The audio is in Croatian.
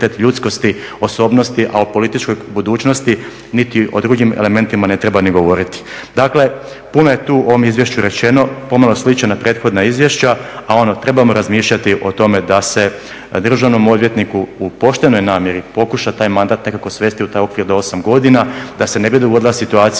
ljudskosti, osobnosti, a o političkoj budućnosti niti o drugim elementima ne treba niti govoriti. Dakle, puno je tu u ovom izvješću rečeno, pomalo sliči na prethodna izvješća, a onda trebamo razmišljati o tome da se državnom odvjetniku u poštenoj namjeri pokuša taj mandat nekako svesti u taj okvir od 8 godina da se ne bi dogodila situacija